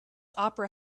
opera